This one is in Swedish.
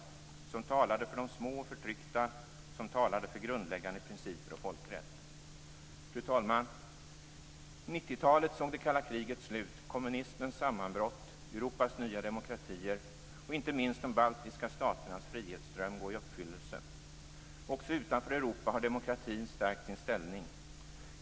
Sverige talade för de små och förtryckta, för grundläggande principer och folkrätt. Fru talman! 90-talet såg det kalla krigets slut, kommunismens sammanbrott samt Europas nya demokratier och såg inte minst de baltiska staternas frihetsdröm gå i uppfyllelse. Också utanför Europa har demokratin stärkt sin ställning.